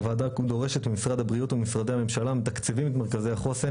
הוועדה דורשת כי משרד הבריאות ומשרדי הממשלה המתקצבים את מרכזי החוסן